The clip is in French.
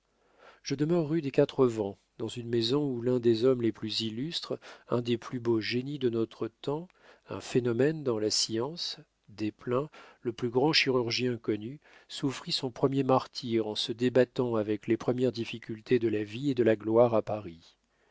je demeure rue des quatre vents dans une maison où l'un des hommes les plus illustres un des plus beaux génies de notre temps un phénomène dans la science desplein le plus grand chirurgien connu souffrit son premier martyre en se débattant avec les premières difficultés de la vie et de la gloire à paris